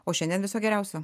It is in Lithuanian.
o šiandien viso geriausio